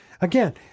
Again